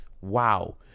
Wow